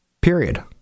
Period